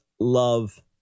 love